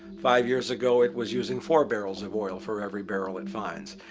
five years ago it was using four barrels of oil for every barrel it finds.